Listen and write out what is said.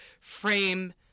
frame